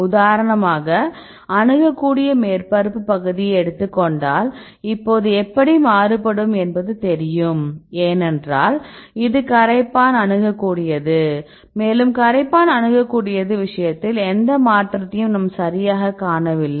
உதாரணமாக அணுகக்கூடிய மேற்பரப்பு பகுதியை எடுத்துக் கொண்டால் இப்போது எப்படி மாறுபடும் என்பது தெரியும் ஏனென்றால் இது கரைப்பான் அணுகக்கூடியது மேலும் கரைப்பான் அணுகக்கூடியது விஷயத்தில் எந்த மாற்றத்தையும் நாம் சரியாகக் காணவில்லை